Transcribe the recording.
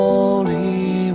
Holy